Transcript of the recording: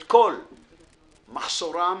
מחסורם.